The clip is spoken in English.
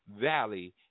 valley